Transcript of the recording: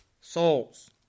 souls